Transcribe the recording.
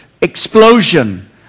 explosion